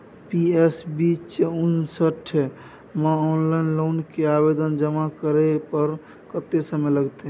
PS बीच उनसठ म ऑनलाइन लोन के आवेदन जमा करै पर कत्ते समय लगतै?